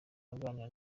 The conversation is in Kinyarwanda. aganira